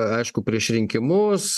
aišku prieš rinkimus